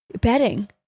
bedding